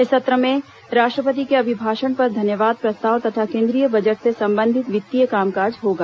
इसी सत्र में राष्ट्रपति के अभिभाषण पर धन्यवाद प्रस्ताव तथा केन्द्रीय बजट से संबंधित वित्तीय कामकाज होगा